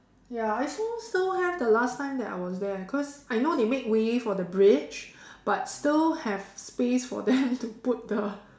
ya I saw still have the last time that I was there cause I know they made way for the bridge but still have space for them to put the